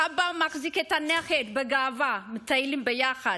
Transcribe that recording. הסבא מחזיק את הנכד בגאווה, מטיילים ביחד.